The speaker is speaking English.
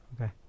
Okay